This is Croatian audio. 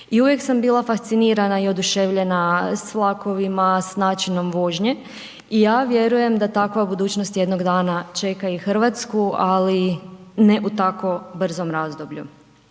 i uvijek sam bila fascinirana i oduševljena sa vlakovima, s načinom vožnje i ja vjerujem da takva budućnost jednog dana čeka i Hrvatsku ali ne u tako brzom razdoblju.